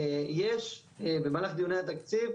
יש במהלך דיוני התקציב,